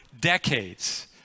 decades